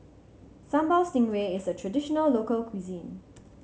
Sambal Stingray is a traditional local cuisine